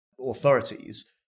authorities